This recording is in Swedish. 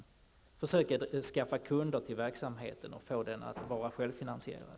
Det gäller då att försöka skaffa kunder till verksamheten och få den att bli självfinansierad.